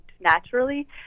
naturally